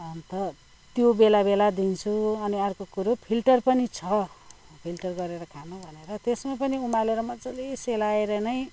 अन्त त्यो बेलाबेला दिन्छु अनि अर्को कुरो फिल्टर पनि छ फिल्टर गरेर खानु भनेर त्यसमा पनि उमालेर मजाले सेलाएर नै